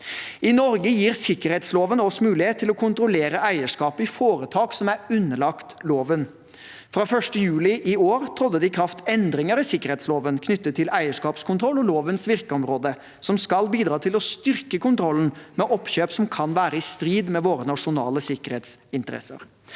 I Norge gir sikkerhetsloven oss mulighet til å kontrollere eierskapet i foretak som er underlagt loven. Fra 1. juli i år trådte det i kraft endringer i sikkerhetsloven knyttet til eierskapskontroll og lovens virkeområde, noe som skal bidra til å styrke kontrollen med oppkjøp som kan være i strid med våre nasjonale sikkerhetsinteresser.